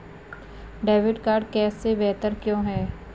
Debit card cash से बेहतर क्यों है?